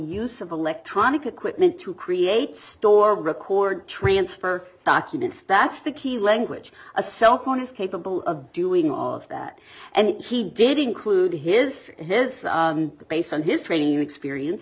use of electronic equipment to create store record transfer documents that's the key language a cell phone is capable of doing all of that and he did include his his based on his training experience